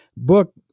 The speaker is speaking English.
book